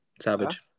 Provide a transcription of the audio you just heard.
Savage